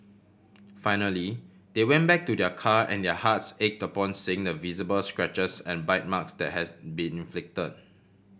finally they went back to their car and their hearts ached upon seeing the visible scratches and bite marks that has been inflict